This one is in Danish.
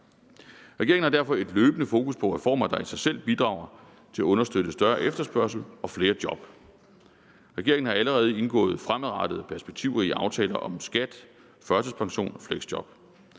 Regeringen har derfor et løbende fokus på reformer, der i sig selv bidrager til at understøtte større efterspørgsel og flere job. Regeringen har allerede indgået fremadrettede perspektivrige aftaler om skat, førtidspension og fleksjob.